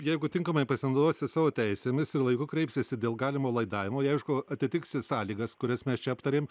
jeigu tinkamai pasinaudosi savo teisėmis ir laiku kreipsiesi dėl galimo laidavimo jie aišku atitiksi sąlygas kurias mes čia aptarėm